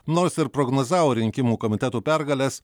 nors ir prognozavo rinkimų komitetų pergales